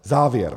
Závěr.